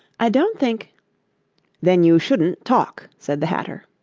i don't think then you shouldn't talk said the hatter.